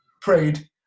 prayed